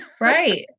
Right